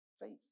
faith